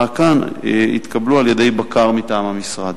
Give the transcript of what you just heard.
כאן התקבלו על-ידי בקר מטעם המשרד.